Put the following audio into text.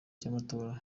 cy’amatora